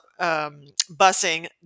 busing